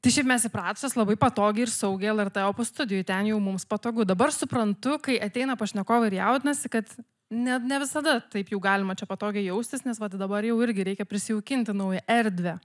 tai šiaip mes įpratusios labai patogiai ir saugia lrt opus studijoj ten jau mums patogu dabar suprantu kai ateina pašnekovai ir jaudinasi kad ne ne visada taip jau galima čia patogiai jaustis nes vat dabar jau irgi reikia prisijaukinti naują erdvę